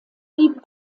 blieb